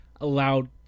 allowed